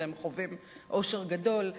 והם חווים אושר גדול.